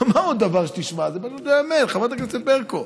תשמע עוד דבר, זה פשוט לא ייאמן, חברת הכנסת ברקו: